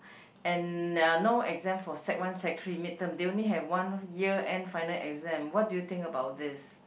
and uh no exam for sec one sec three mid term they only have one year end final exam what do you think about this